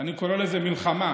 אני קורא לזה מלחמה,